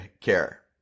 care